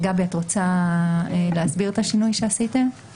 גבי, את רוצה להסביר את השינוי שעשיתם?